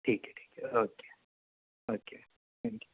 ٹھیک ہے ٹھیک ہے okay okay thank you